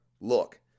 Look